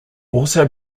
also